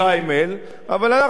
אבל אנחנו זוכרים היטב,